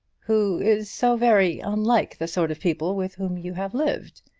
who is so very unlike the sort of people with whom you have lived.